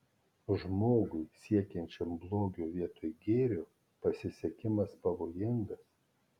žmogui siekiančiam blogio vietoj gėrio pasisekimas pavojingas